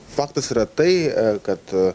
faktas yra tai kad